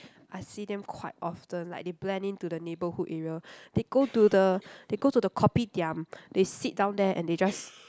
I see them quite often like they blend into the neighbourhood area they go to the they go to the Kopitiam they sit down there and they just